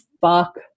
fuck